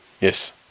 yes